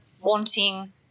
wanting